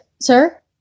Sir